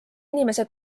inimese